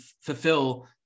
fulfill